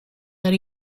that